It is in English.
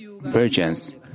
virgins